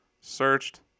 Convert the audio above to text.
searched